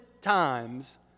times